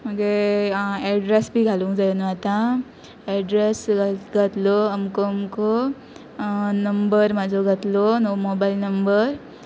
मागीर आं एड्रेस बी घालूंक जाय न्हय आतां एड्रेस घातलो अमको अमको नंबर म्हजो घातलो नो मोबायल नंबर